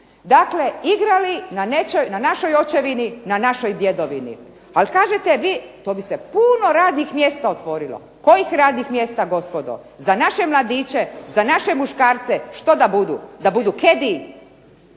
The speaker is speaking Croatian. Dakle, igrali na našoj očevini, na našoj djedovini. Ali kažete vi, to bi se puno radnih mjesta otvorilo. Kojih radnih mjesta gospodo? Za naše mladiće, za naše muškarce što da budu? Da budu caddy?